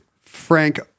Frank